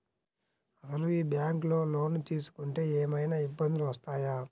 అసలు ఈ బ్యాంక్లో లోన్ తీసుకుంటే ఏమయినా ఇబ్బందులు వస్తాయా?